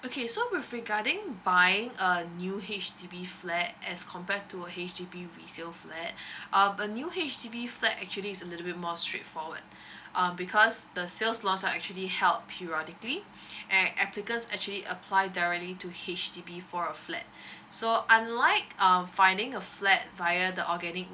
okay so with regarding buying a new H_D_B flat as compared to a H_D_B resale flat uh a new H_D_B flat actually is a little bit more straightforward um because the sales laws are actually held periodically and applicants actually apply directly to H_D_B for a flat so unlike um finding a flat via the organic